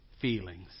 Feelings